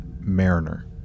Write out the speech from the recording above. Mariner